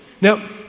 Now